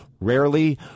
Rarely